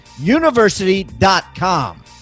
university.com